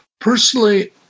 Personally